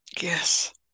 Yes